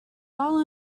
fall